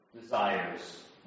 desires